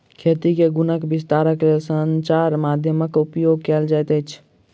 खेती के गुणक विस्तारक लेल संचार माध्यमक उपयोग कयल जाइत अछि